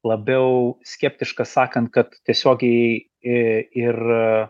labiau skeptiškas sakant kad tiesiogiai į ir